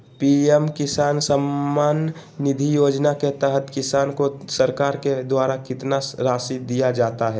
PM किसान सम्मान निधि योजना के तहत किसान को सरकार के द्वारा कितना रासि दिया जाता है?